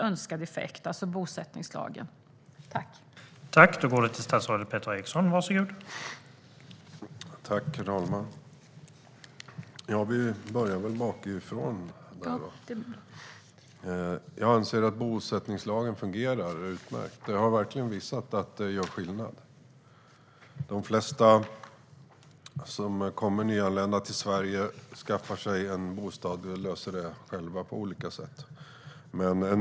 Anser ministern att bosättningslagen har fått önskad effekt?